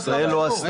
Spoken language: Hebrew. ישראל לא עשתה.